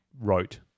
wrote